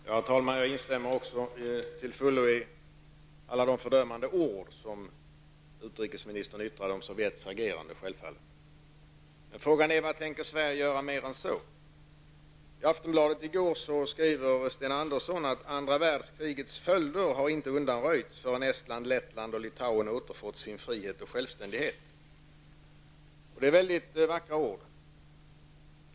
Herr talman! Jag instämmer självfallet till fullo i de fördömande ord som utrikesministern yttrade om Sovjets agerande. Men frågan är: Vad tänker Sverige göra mer än så? I Aftonbladet i går skriver Sten Andersson: ''Andra världskrigets följder har inte undanröjts förrän Estland, Lettland och Litauen återfått sin frihet och självständighet.'' Det är väldigt vackra ord.